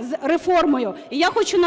з реформою. І я хочу